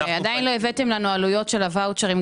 עדיין לא נתתם לנו עלויות של הוואוצ'רים.